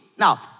Now